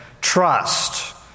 trust